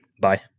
Bye